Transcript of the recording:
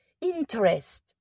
interest